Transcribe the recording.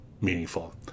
meaningful